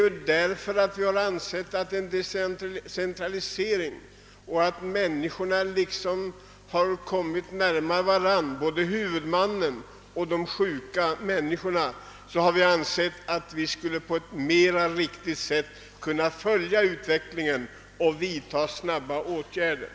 Jo, därför att vi ansett att detta innebär en decentralisering och att människorna därigenom kommer varandra närmare, både huvudmannen och de sjuka, och därför att vi trott oss på ett bättre sätt kunna följa utvecklingen och vidta snabba åtgärder.